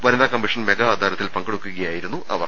വനിതാ commission mega അദാല ത്തിൽ പങ്കെടുക്കുകയായിരുന്നു അവർ